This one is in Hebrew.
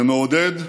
זה מעודד,